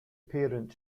parent